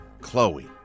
Chloe